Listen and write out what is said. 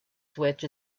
switch